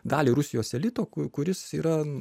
dalį rusijos elito kuris yra